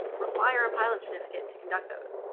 require a pilot's certificate to conduct those.